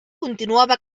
continuava